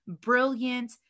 brilliant